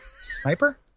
Sniper